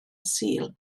sul